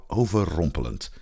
overrompelend